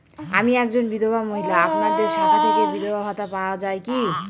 আমি একজন বিধবা মহিলা আপনাদের শাখা থেকে বিধবা ভাতা পাওয়া যায় কি?